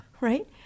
right